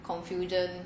confusion